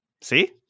See